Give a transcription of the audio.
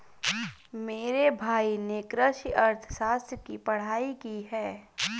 मेरे भाई ने कृषि अर्थशास्त्र की पढ़ाई की है